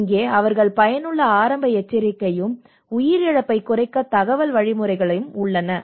இங்கே அவர்கள் பயனுள்ள ஆரம்ப எச்சரிக்கையும் உயிர் இழப்பைக் குறைக்க தகவல் வழிமுறைகளும் உள்ளன